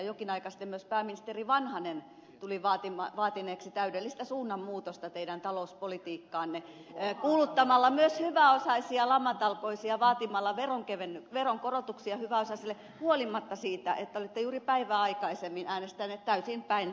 jokin aika sitten myös pääministeri vanhanen tuli vaatineeksi täydellistä suunnanmuutosta teidän talouspolitiikkaanne kuuluttamalla myös hyväosaisia lamatalkoisiin ja vaatimalla veronkorotuksia hyväosaosille huolimatta siitä että olitte juuri päivää aikaisemmin äänestäneet täysin päinvastoin